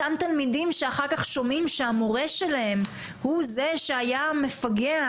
אותם תלמידים שאחר כך שומעים שהמורה שלהם הוא זה שהיה המפגע,